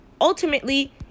ultimately